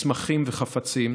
מסמכים וחפצים,